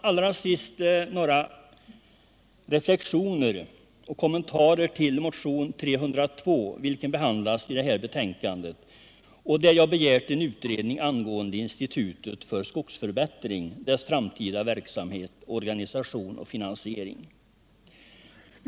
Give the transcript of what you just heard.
Allra sist några reflexioner och kommentarer till motionen 302, som behandlas i det här betänkandet och i vilken jag begärt en utredning angående institutet för skogsförbättring, dess framtida verksamhet, organisation och finansiering.